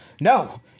No